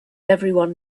everyone